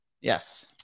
Yes